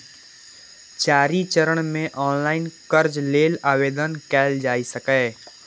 चारि चरण मे ऑनलाइन कर्ज लेल आवेदन कैल जा सकैए